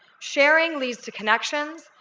sharing leads to connections,